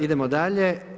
Idemo dalje.